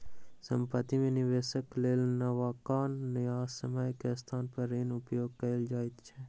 संपत्ति में निवेशक लेल नबका न्यायसम्य के स्थान पर ऋणक उपयोग कयल जाइत अछि